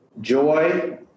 Joy